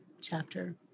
chapter